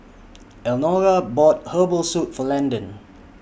Elnora bought Herbal Soup For Landyn